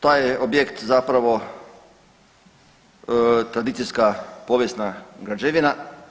Taj je objekt zapravo tradicijska povijesna građevina.